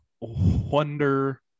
wonder